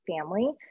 family